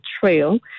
trail